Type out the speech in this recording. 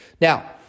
Now